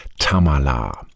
Tamala